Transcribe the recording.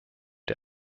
der